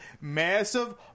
Massive